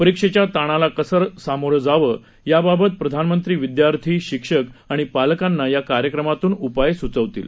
परीक्षेच्या ताणाला कसं सामोरं जावं याबाबत प्रधानमंत्री विदयार्थी शिक्षक आणि पालकांना या कार्यक्रमातून उपाय सुचवतील